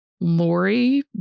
Lori